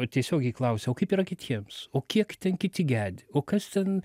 tiesiogiai klausia o kaip yra kitiems o kiek ten kiti gedi o kas ten